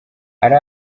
hari